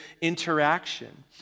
interaction